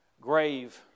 grave